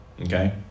Okay